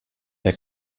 der